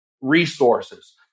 resources